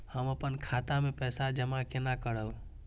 हम अपन खाता मे पैसा जमा केना करब?